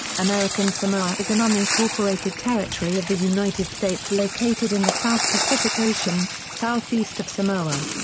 american samoa is an unincorporated territory of the united states located in the south pacific ocean, southeast of samoa.